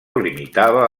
limitava